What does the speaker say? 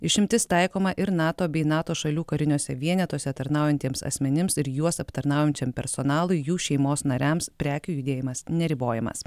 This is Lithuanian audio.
išimtis taikoma ir nato bei nato šalių kariniuose vienetuose tarnaujantiems asmenims ir juos aptarnaujančiam personalui jų šeimos nariams prekių judėjimas neribojamas